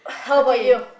okay